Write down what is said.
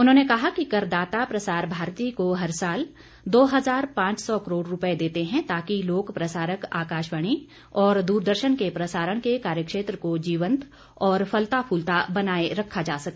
उन्होंने कहा कि कर दाता प्रसार भारती को हर साल दो हजार पांच सौ करोड़ रुपए देते हैं ताकि लोक प्रसारक आकाशवाणी और दूरदर्शन के प्रसारण के कार्यक्षेत्र को जीवंत और फलता फूलता बनाए रखा जा सके